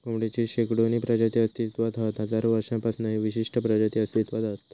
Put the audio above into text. कोंबडेची शेकडोनी प्रजाती अस्तित्त्वात हत हजारो वर्षांपासना ही विशिष्ट प्रजाती अस्तित्त्वात हत